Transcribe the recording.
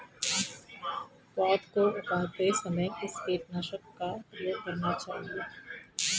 पौध को उगाते समय किस कीटनाशक का प्रयोग करना चाहिये?